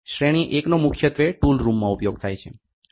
શ્રેણી 1 નો મુખ્યત્વે ટૂલ રૂમમાં ઉપયોગ થાય છે